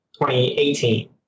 2018